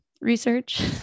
research